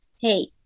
hey